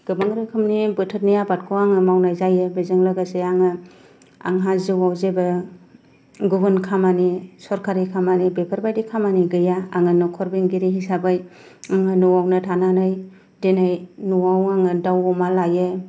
गोबां रोखोमनि बोथोरनि आबादखौ आङो मावनाय जायो बेजों लोगोसे आङो आंहा जिउआव जेबो गुबुन खामानि सोरखारि खामानि बेफोरबादि खामानि गैया आंनो न'खर बेंगिरि हिसाबै आं न'वावनो थानानै दिनै न'वावनो दाउ अमा लायो